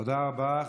תודה רבה.